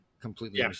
completely